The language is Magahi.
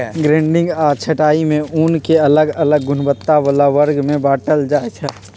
ग्रेडिंग आऽ छँटाई में ऊन के अलग अलग गुणवत्ता बला वर्ग में बाटल जाइ छइ